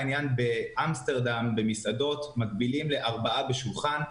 באמסטרדם מגבילים לארבעה בשולחן במסעדה,